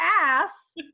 ass